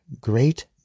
great